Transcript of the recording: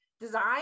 design